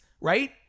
right